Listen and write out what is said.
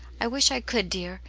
i wish i could, dear.